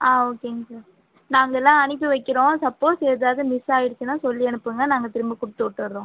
ஆ ஓகேங்க சார் நாங்கயெல்லாம் அனுப்பி வைக்கிறோம் சப்போஸ் எதாவது மிஸ்சாயிடுச்சுன்னா சொல்லி அனுப்புங்கள் நாங்கள் திரும்ப கொடுத்து விட்டுட்றோம்